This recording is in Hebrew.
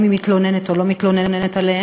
אם היא מתלוננת או לא מתלוננת עליהם.